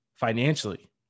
financially